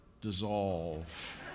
dissolve